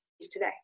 today